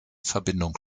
verbindung